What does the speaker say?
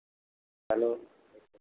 चलो